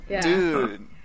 dude